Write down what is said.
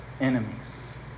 enemies